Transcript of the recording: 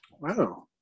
Wow